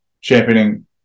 championing